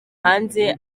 hanze